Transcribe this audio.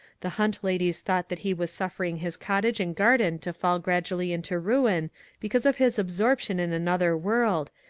the hunt ladies thought that he was suffering his cottage and garden to fall gradually into ruin because of his absorption in another world,